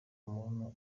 umuntu